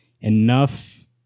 enough